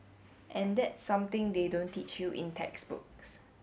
and that's something they don't teach you in textbooks